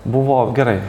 buvo gerai